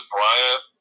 Bryant